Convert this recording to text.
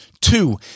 Two